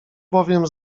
bowiem